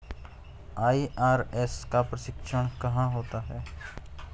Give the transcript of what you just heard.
IRS का प्रशिक्षण कहाँ होता है?